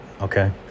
okay